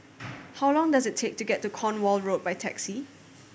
how long does it take to get to Cornwall Road by taxi